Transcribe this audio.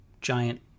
giant